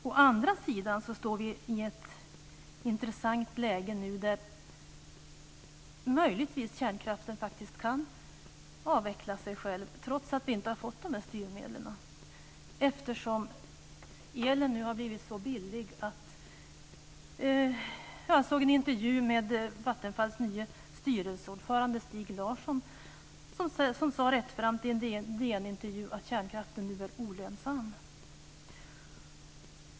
Å andra sidan står vi nu i ett intressant läge där möjligtvis kärnkraften faktiskt kan avveckla sig själv, trots att vi inte fått dessa styrmedel, för elen har nu blivit billig. Jag såg en intervju med Vattenfalls nye styrelseordförande Stig Larsson, som sade rättframt i en DN-intervju att kärnkraften nu blir olönsam.